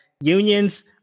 unions